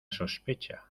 sospecha